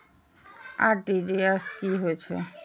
RTGS की होय छै